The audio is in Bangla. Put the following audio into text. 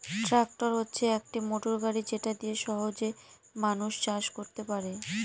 ট্র্যাক্টর হচ্ছে একটি মোটর গাড়ি যেটা দিয়ে সহজে মানুষ চাষ করতে পারে